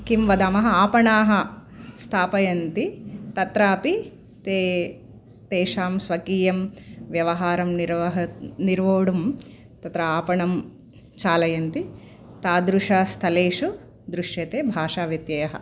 किं वदामः आपणाः स्थापयन्ति तत्रापि ते तेषां स्वकीयं व्यवहारं निर्वाहः निर्वोढुं तत्र आपणं चालयन्ति तादृशः स्थलेषु दृश्यते भाषाव्यत्ययः